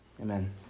Amen